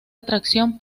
atracción